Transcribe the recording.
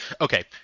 Okay